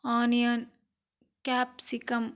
onion capsicum